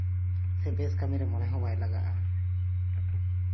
ᱥᱮ ᱵᱮᱥ ᱠᱟᱹᱢᱤ ᱨᱮ ᱢᱚᱱᱮ ᱦᱚᱸ ᱵᱟᱭ ᱞᱟᱜᱟᱜᱼᱟ